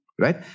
right